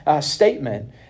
statement